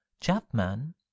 Chapman